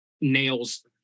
nails